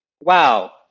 wow